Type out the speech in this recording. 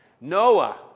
Noah